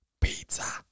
Pizza